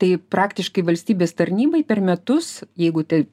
tai praktiškai valstybės tarnybai per metus jeigu taip